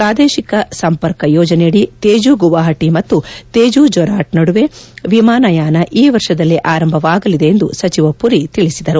ಪ್ರಾದೇಶಿಕ ಸಂಪರ್ಕ ಯೋಜನೆಯಡಿ ತೇಜು ಗುವಾಹಟಿ ಮತ್ತು ತೇಜು ಜೊರ್ಡಾಟ್ ನಡುವೆ ವಿಮಾನಯಾನ ಈ ವರ್ಷದಲ್ಲೇ ಆರಂಭವಾಗಲಿದೆ ಎಂದು ಸಚಿವ ಪುರಿ ತಿಳಿಸಿದರು